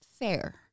Fair